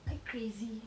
too crazy